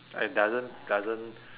I doesn't doesn't